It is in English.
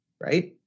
right